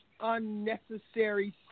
unnecessary